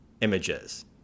images